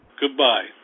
Goodbye